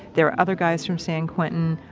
there were other guys from san quentin,